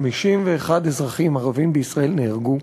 51 אזרחים ערבים בישראל נהרגו,